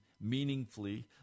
meaningfully